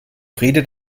friede